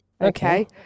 Okay